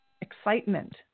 excitement